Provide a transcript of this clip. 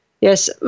Yes